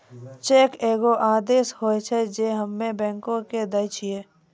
cheque एगो आदेश होय छै जे हम्मे बैंको के दै छिये